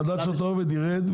המדד של התערובת יירד,